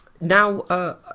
now